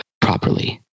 properly